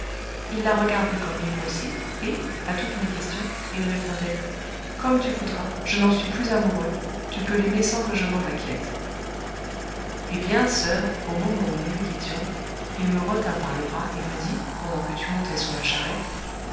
il la regardait comme libre aussi et à toutes mes questions il répondait comme tu voudras je n'en suis plus amoureux tu peux l'aimer sans que je m'en inquiète eh bien soeur au moment où nous le quittions il me retint par le bras et me dit pendant que tu montais sur la charrette